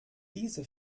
diese